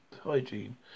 Hygiene